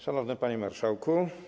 Szanowny Panie Marszałku!